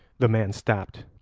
the man stopped,